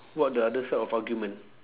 what the other side of argument